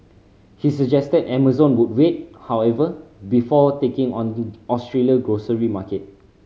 he suggested Amazon would wait however before taking on Australia grocery market